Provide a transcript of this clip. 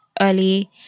early